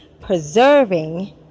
preserving